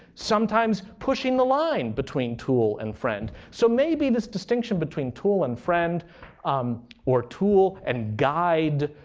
sometimes pushing the line between tool and friend. so maybe this distinction between tool and friend um or tool and guide